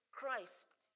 Christ